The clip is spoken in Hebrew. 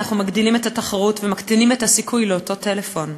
אנחנו מגדילים את התחרות ומקטינים את הסיכוי לאותו טלפון.